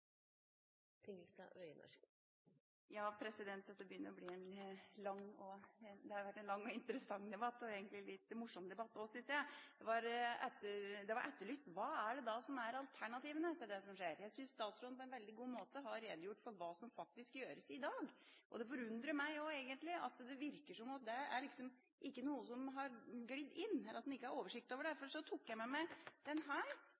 en litt morsom debatt, synes jeg. Det har vært etterlyst hva som er alternativene til det som skjer. Jeg synes statsråden på en veldig god måte har redegjort for hva som faktisk gjøres i dag, og det forundrer meg òg egentlig at det virker som om det er noe som ikke har glidd inn, eller at en ikke har oversikt over det.